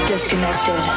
Disconnected